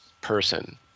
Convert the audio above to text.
person